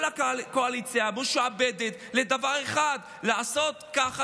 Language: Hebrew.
כל הקואליציה משועבדת לדבר אחד: לעשות ככה